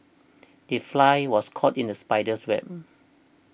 the fly was caught in the spider's web